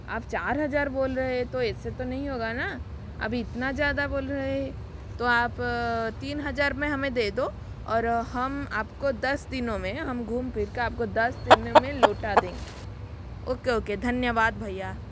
आप चार हजार बोल रहे है तो ऐसे तो नहीं होगा ना अभी इतना ज़्यादा बोल रहे है तो आप तीन हजार में हमें दे दो और हम आपको दस दिनों में हम घूम फिर के आपको दस दिनों में लौटा देंगे ओके ओके धन्यवाद भैया